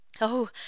Oh